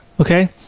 okay